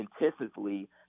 intensively